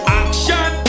action